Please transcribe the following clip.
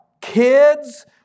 kids